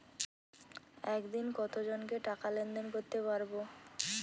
একদিন কত জনকে টাকা লেনদেন করতে পারবো?